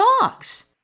dogs